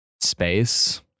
space